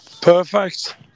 Perfect